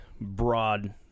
broad